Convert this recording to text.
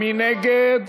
מי נגד?